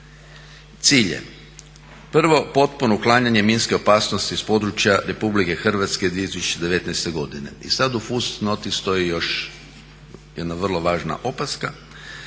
Cilj je prvo potpuno uklanjanje minske opasnosti s područja RH do 2019.godine. I sad u fusnoti stoji još jedna vrlo važna opaska